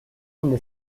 donde